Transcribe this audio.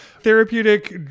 therapeutic